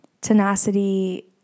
tenacity